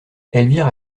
elvire